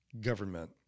government